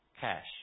cash